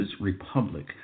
republic